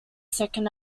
second